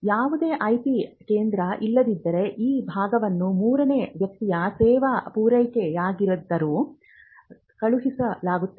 ಯಾವುದೇ IP ಕೇಂದ್ರ ಇಲ್ಲದಿದ್ದರೆ ಆ ಭಾಗವನ್ನು ಮೂರನೇ ವ್ಯಕ್ತಿಯ ಸೇವಾ ಪೂರೈಕೆದಾರರಿಗೂ ಕಳುಹಿಸಲಾಗುತ್ತದೆ